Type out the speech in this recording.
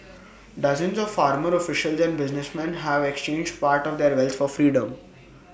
dozens of former officials and businessmen have exchanged part of their wealth for freedom